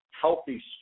healthy